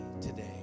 today